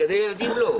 גני ילדים לא.